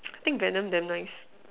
I think Venom damn nice